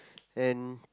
and